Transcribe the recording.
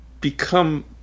become